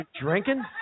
drinking